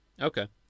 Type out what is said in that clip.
Okay